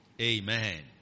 Amen